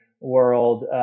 world